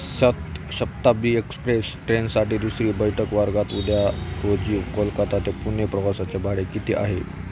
सत शब्ताबी एक्सप्रेस ट्रेनसाठी दुसरी बैठक वर्गात उद्या रोजी कोलकाता पुणे प्रवासाचे भाडे किती आहे